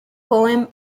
poem